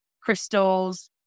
crystals